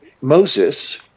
Moses